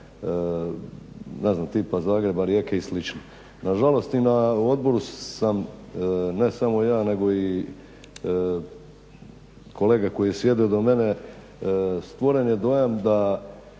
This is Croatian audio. tipa Zagreba, Rijeke i slično. Nažalost i na odboru sam, ne samo ja nego i kolega koji je sjedio do mene, stvoren je dojam da